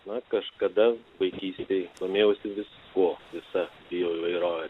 na kažkada vaikystėj domėjausi viskuo visa bioįvairove